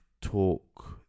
Talk